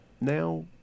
Now